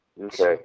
okay